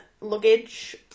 luggage